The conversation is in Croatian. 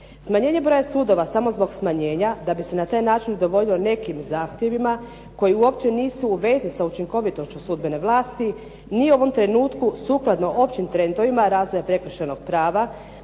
Smanjenje broja sudova samo zbog smanjenja da bi se na taj način udovoljilo nekim zahtjevima koji uopće nisu u vezi sa učinkovitošću sudbene vlasti nije u ovom trenutku sukladno općim trendovima razvoja prekršajnog prava